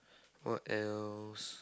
what else